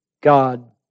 God